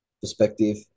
perspective